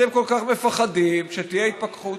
אתם כל כך מפחדים שתהיה התפכחות,